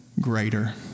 greater